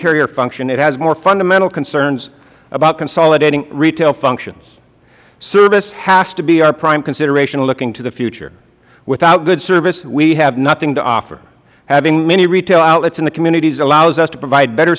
carrier function it has more fundamental concerns about consolidating retail functions service has to be our prime consideration when looking to the future without good service we have nothing to offer having many retail outlets in the communities allows us to provide better